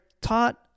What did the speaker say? taught